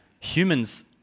humans